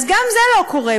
אז גם זה לא קורה,